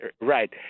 right